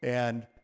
and,